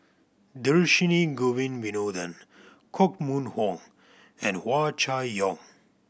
Dhershini Govin Winodan Koh Mun Hong and Hua Chai Yong